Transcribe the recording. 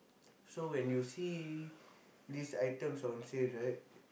so when you see these items on sale right